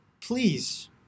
please